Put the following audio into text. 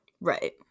Right